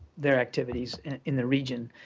their activities in the region.